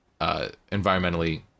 environmentally